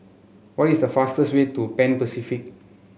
what is the fastest way to Pan Pacific